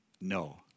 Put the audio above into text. No